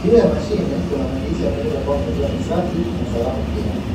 juu ya mashine kuna maandishi yanayoeleza kuwa maziwa ni safi na salama kiafya